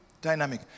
dynamic